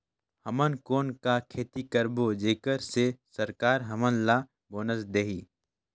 हमन कौन का खेती करबो जेकर से सरकार हमन ला बोनस देही?